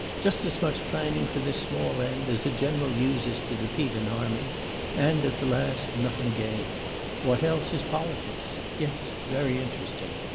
just as much planning for this small end as a general uses to defeat an army and, at the last, nothing gained what else is politics? yes, very interesting.